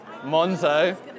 Monzo